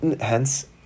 hence